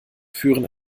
führen